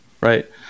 right